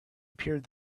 appeared